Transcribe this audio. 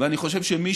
ואני חושב שמי